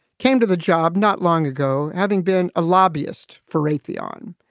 came to the job not long ago, having been a lobbyist for raytheon.